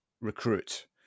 recruit